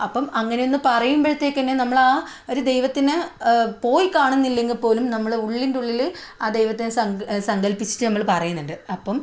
അപ്പോൾ അങ്ങനെയൊന്ന് പറയുമ്പോഴത്തേക്കുതന്നെ നമ്മൾ ആ ഒരു ദൈവത്തിനെ പോയി കാണുന്നില്ലെങ്കിൽ പോലും നമ്മൾ ഉള്ളിൻ്റെ ഉള്ളില് ആ ദൈവത്തിനെ സങ്ക സങ്കല്പിച്ചിട്ട് നമ്മൾ പറയുന്നുണ്ട് അപ്പോൾ